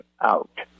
out